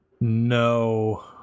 No